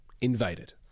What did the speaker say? invaded